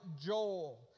Joel